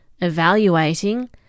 evaluating